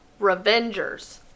Revengers